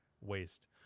waste